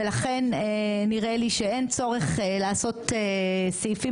ולכן נראה לי שאין צורך לעשות סעיפים